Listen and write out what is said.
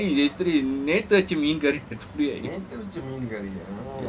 no I had a peach curry yesterday நேத்து வெச்ச மீன்:neathu wecha meen curry